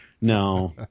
no